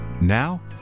Now